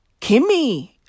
Kimmy